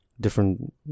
different